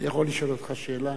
אני יכול לשאול אותך שאלה?